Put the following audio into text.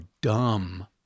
dumb